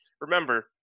Remember